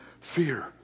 fear